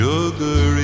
Sugar